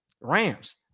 Rams